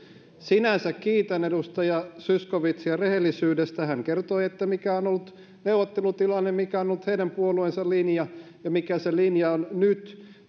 sinänsä kiitän edustaja zyskowiczia rehellisyydestä hän kertoi mikä on ollut neuvottelutilanne mikä on ollut heidän puolueensa linja ja mikä se linja on nyt